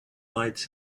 lights